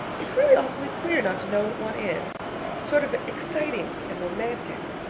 it's really awfully queer not to know what one is sort of exciting and romantic.